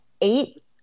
eight